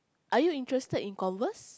are you interested in Converse